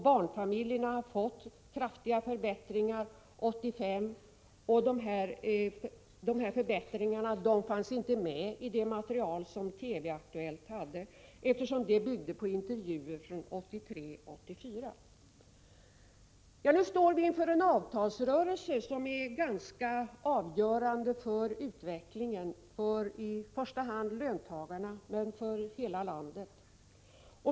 Barnfamiljerna har fått kraftiga förbättringar under 1985. Dessa förbättringar fanns inte med i det material som TV-Aktuellt presenterade, eftersom det materialet byggde på intervjuer från tiden 1983-1984. Nu står vi inför en avtalsrörelse som är ganska avgörande för utvecklingen i första hand för löntagarna men också för hela landet.